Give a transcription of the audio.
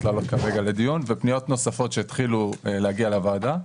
לעלות כרגע לדיון ופניות נוספות שהתחילו להגיע לוועדה.